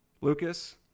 Lucas